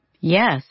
Yes